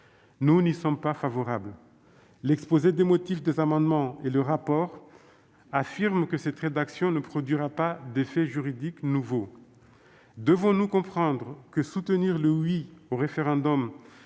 Nous n'y sommes pas favorables. L'objet des amendements et le rapport affirment que cette rédaction ne produira pas d'effet juridique nouveau. Devons-nous comprendre que soutenir le « oui » au référendum